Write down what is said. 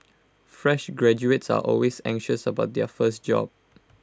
fresh graduates are always anxious about their first job